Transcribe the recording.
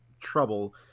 trouble